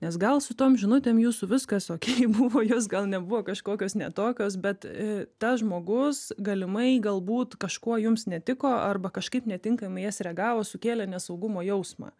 nes gal su tom žinutėm jūsų viskas okey buvo jos gal nebuvo kažkokios ne tokios bet tas žmogus galimai galbūt kažkuo jums netiko arba kažkaip netinkamai į jas reagavo sukėlė nesaugumo jausmą